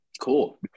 Cool